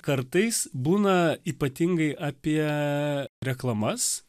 kartais būna ypatingai apie reklamas